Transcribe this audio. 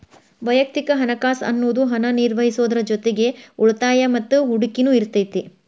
ವಯಕ್ತಿಕ ಹಣಕಾಸ್ ಅನ್ನುದು ಹಣನ ನಿರ್ವಹಿಸೋದ್ರ್ ಜೊತಿಗಿ ಉಳಿತಾಯ ಮತ್ತ ಹೂಡಕಿನು ಇರತೈತಿ